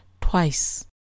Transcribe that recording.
twice